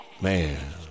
Man